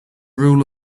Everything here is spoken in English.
rule